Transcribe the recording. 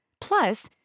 Plus